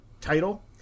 title